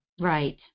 Right